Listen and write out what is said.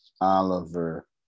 Oliver